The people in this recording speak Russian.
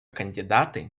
кандидаты